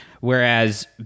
Whereas